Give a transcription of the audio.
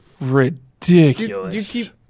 Ridiculous